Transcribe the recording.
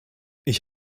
ich